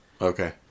Okay